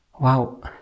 Wow